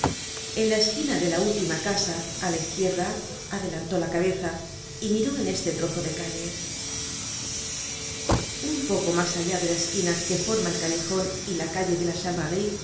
en la esquina de la última casa á la izquierda adelantó la cabeza y miró en este trozo de calle un poco mas allá de la esquina que forma el callejon y la calle de la